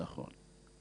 נכון.